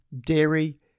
dairy